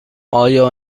آیا